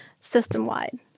system-wide